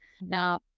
Now